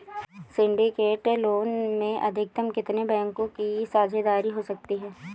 Syndicate loan में अधिकतम कितने बैंकों की साझेदारी हो सकती है?